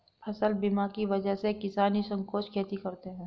फसल बीमा की वजह से किसान निःसंकोच खेती करते हैं